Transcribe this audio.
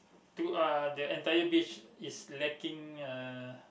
to uh the entire beach is lacking uh